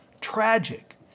tragic